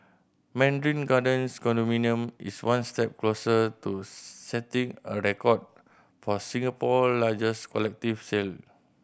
Mandarin Gardens condominium is one step closer to setting a record for Singapore largest collective sale